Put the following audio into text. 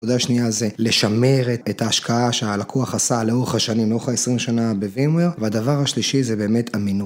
הנקודה השנייה זה לשמר את ההשקעה שהלקוח עשה לאורך השנים, לאורך ה-20 שנה בווימבויר, והדבר השלישי זה באמת אמינות.